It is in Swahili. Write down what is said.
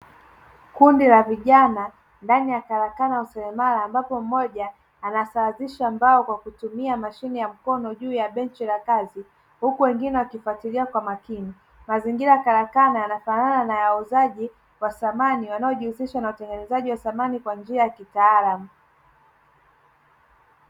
Kundi la vijana ndani ya karakana ya useremala, ambapo mmoja anasawazisha mbao kwa kutumia mashine ya mkono juu ya benchi la kazi, huku wengine wakifuatilia kwa makini. Mazingira ya karakana yanafanana na ya wauzaji wa samani, wanaojihusisha na utengenezaji wa samani kwa njia ya kitaalamu.